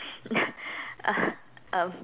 uh um